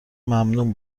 ممنون